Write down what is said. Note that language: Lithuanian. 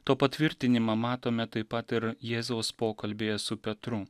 to patvirtinimą matome taip pat ir jėzaus pokalbyje su petru